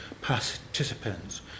participants